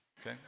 okay